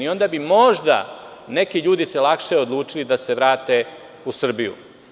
Onda bi se možda neki ljudi lakše odlučili da se vrate u Srbiju.